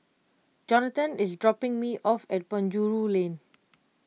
Jonathan is dropping me off at Penjuru Lane